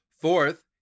Fourth